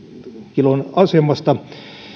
kilon asemasta